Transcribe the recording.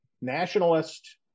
nationalist